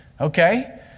Okay